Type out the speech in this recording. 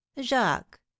jacques